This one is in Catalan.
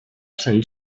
sant